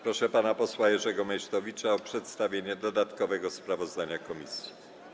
Proszę pana posła Jerzego Meysztowicza o przedstawienie dodatkowego sprawozdania komisji.